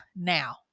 now